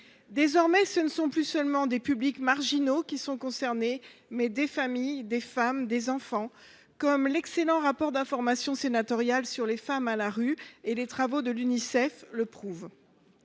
Désormais, ce ne sont plus seulement des publics marginaux qui sont concernés, mais aussi des familles, des femmes, des enfants, comme l’excellent rapport d’information sénatorial sur les femmes sans abri et les travaux de l’Unicef le prouvent.